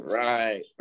right